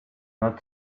not